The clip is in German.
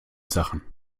sachen